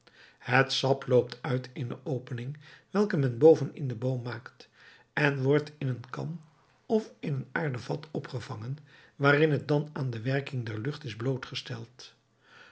het sap loopt uit eene opening welke men boven in den boom maakt en wordt in eene kan of in een aarden vat opgevangen waarin het dan aan de werking der lucht is blootgesteld